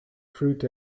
fruit